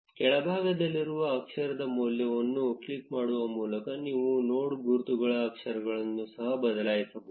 ಕೆಳಭಾಗದಲ್ಲಿರುವ ಅಕ್ಷರದ ಮೌಲ್ಯವನ್ನು ಕ್ಲಿಕ್ ಮಾಡುವ ಮೂಲಕ ನೀವು ನೋಡ್ ಗುರುತುಗಳ ಅಕ್ಷರವನ್ನು ಸಹ ಬದಲಾಯಿಸಬಹುದು